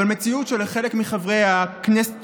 אבל מציאות שלחלק מחברי הכנסת